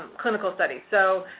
clinical study. so,